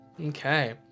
Okay